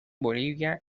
bolivia